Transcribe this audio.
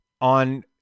on